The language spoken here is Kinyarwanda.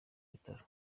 bitaro